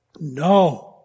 No